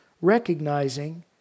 recognizing